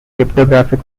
cryptographic